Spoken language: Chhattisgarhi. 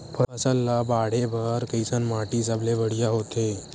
फसल ला बाढ़े बर कैसन माटी सबले बढ़िया होथे?